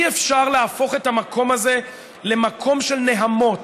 אי-אפשר להפוך את המקום הזה למקום של נהמות.